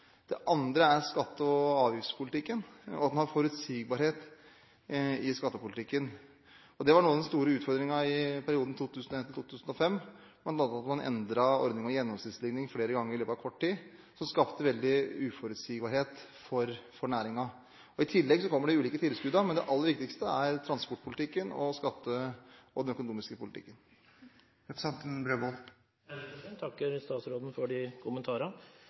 Det andre er skatte- og avgiftspolitikken, og at man har forutsigbarhet i skattepolitikken. Det var noe av den store utfordringen i perioden 2001–2005, bl.a. at man endret ordningen med gjennomsnittsligning flere ganger i løpet av kort tid, noe som skapte veldig uforutsigbarhet for næringen. I tillegg kommer de ulike tilskuddene. Men det aller viktigste er transportpolitikken og skattepolitikken – den økonomiske politikken. Jeg takker statsråden for de kommentarene.